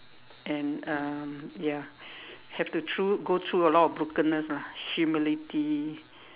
and um ya have to through go through a lot of brokenness lah humility